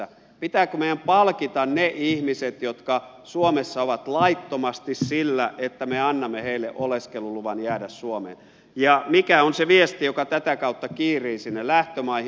pitääkö meidän palkita ne ihmiset jotka suomessa ovat laittomasti sillä että me annamme heille oleskeluluvan jäädä suomeen ja mikä on se viesti joka tätä kautta kiirii sinne lähtömaihin